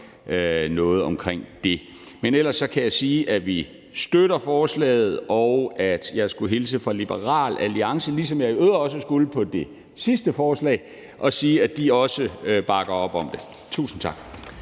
noget ved det. Ellers kan jeg sige, at vi støtter forslaget, og jeg skulle hilse fra Liberal Alliance, ligesom jeg i øvrigt også skulle ved det sidste forslag, og sige, at de også bakker op om det. Tusind tak.